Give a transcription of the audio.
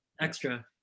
extra